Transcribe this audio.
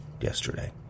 yesterday